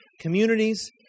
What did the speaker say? communities